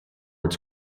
its